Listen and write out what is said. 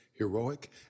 heroic